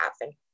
happen